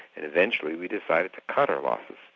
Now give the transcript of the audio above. and eventually we decided to cut our losses.